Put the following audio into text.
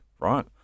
right